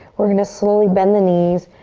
we're going to slowly bend the knees.